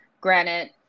granite